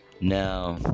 Now